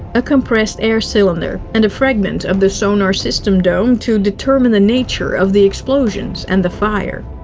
a compressed air cylinder, and a fragment of the sonar system dome to determine the nature of the explosions and the fire.